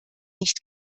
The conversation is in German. nicht